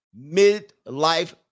Midlife